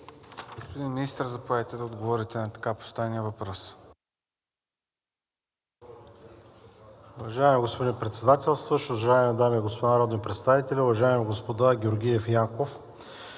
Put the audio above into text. Господин Министър, заповядайте да отговорите на така поставения въпрос.